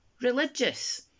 religious